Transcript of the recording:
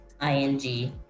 I-N-G